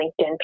linkedin